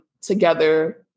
together